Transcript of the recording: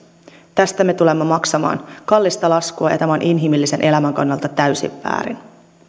tästä me tulemme maksamaan kallista laskua ja tämä on inhimillisen elämän kannalta täysin väärin